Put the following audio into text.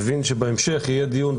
אבל אני מבין שבהמשך יהיה דיון,